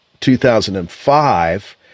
2005